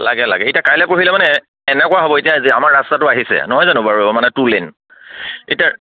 লাগে লাগে এতিয়া কাইলে পৰহিলে মানে কেনেকুৱা হ'ব এতিয়া যে আমাৰ ৰাস্তাটো আহিছে নহয় জানো বাৰু মানে টু লেন এতিয়া